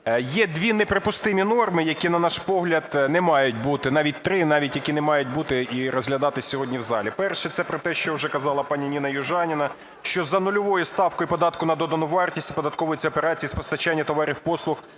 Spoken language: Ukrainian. Є дві неприпустимі норми, які, на наш погляд, не мають бути, навіть три, які не мають бути і розглядатися сьогодні в залі. Перше. Це про те, що вже казала пані Ніна Южаніна, що за нульовою ставкою податку на додану вартість оподатковуються операції з постачання товарів, послуг